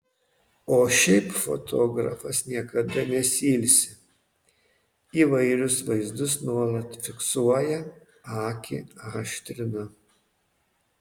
o šiaip fotografas niekada nesiilsi įvairius vaizdus nuolat fiksuoja akį aštrina